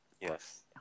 yes